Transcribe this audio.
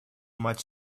much